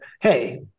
hey